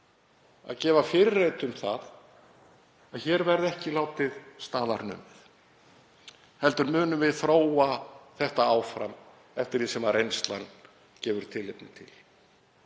að gefa fyrirheit um að hér verði ekki látið staðar numið heldur munum við þróa þetta áfram eftir því sem reynslan gefur tilefni til.